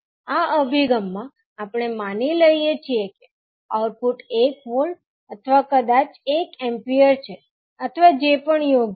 આ અભિગમમાં આપણે માની લઈએ છીએ કે આઉટપુટ એક વોલ્ટ અથવા કદાચ એક એમ્પીયર છે અથવા જે પણ યોગ્ય હોય